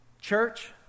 Church